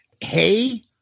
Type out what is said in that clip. Hey